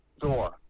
door